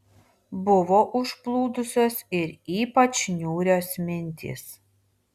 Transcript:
buvo užplūdusios ir ypač niūrios mintys